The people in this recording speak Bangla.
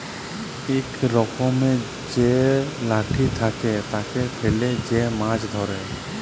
ইক রকমের যে লাঠি থাকে, তাকে ফেলে যে মাছ ধ্যরে